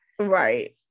Right